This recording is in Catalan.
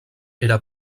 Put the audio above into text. era